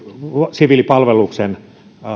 siviilipalveluksen